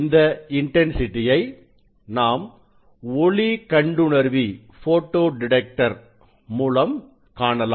இந்த இன்டன்சிட்டியை நாம் ஒளி கண்டுணர்வி மூலம் காணலாம்